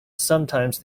sometimes